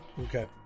okay